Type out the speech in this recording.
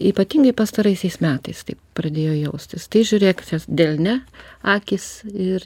ypatingai pastaraisiais metais taip pradėjo jaustis tai žiūrėk delne akys ir